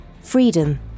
Freedom